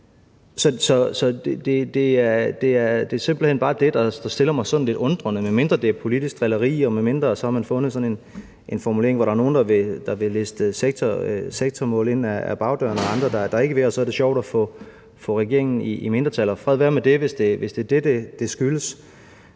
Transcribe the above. Det er simpelt hen bare det, jeg stiller mig lidt undrende over for – medmindre det er politisk drilleri og man har fundet sådan en formulering, hvor der er nogle, der vil liste sektormål ind ad bagdøren, og andre der ikke vil, og så er det sjovt at få regeringen i mindretal, og fred være med det, hvis det er det, det skyldes.